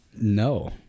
no